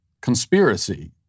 conspiracy